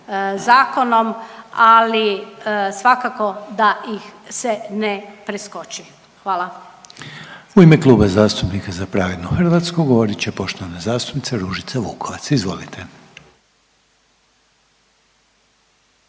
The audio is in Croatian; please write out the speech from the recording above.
zakonom, ali svakako da ih se ne preskoči. Hvala. **Reiner, Željko (HDZ)** U ime Kluba zastupnika Za pravednu Hrvatsku govorit će poštovana zastupnica Ružica Vukovac. Izvolite.